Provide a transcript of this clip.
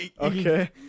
Okay